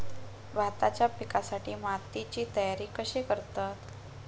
भाताच्या पिकासाठी मातीची तयारी कशी करतत?